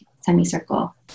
semicircle